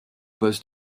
poste